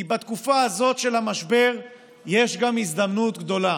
כי בתקופה הזאת של המשבר יש גם הזדמנות גדולה.